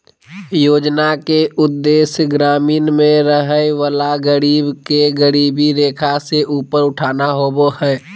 योजना के उदेश्य ग्रामीण में रहय वला गरीब के गरीबी रेखा से ऊपर उठाना होबो हइ